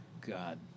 god